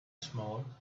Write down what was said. small